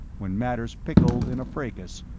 when matters pickled, in a fracas,